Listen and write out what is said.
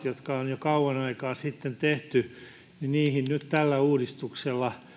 jotka on jo kauan aikaa sitten tehty nyt tällä uudistuksella